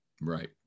Right